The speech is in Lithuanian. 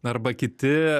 arba kiti